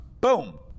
boom